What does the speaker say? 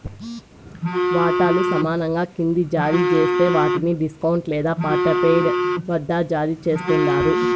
వాటాలు సమానంగా కింద జారీ జేస్తే వాట్ని డిస్కౌంట్ లేదా పార్ట్పెయిడ్ వద్ద జారీ చేస్తండారు